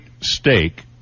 steak